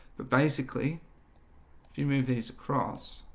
but basically if you move these across